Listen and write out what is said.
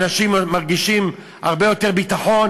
אנשים מרגישים הרבה יותר ביטחון.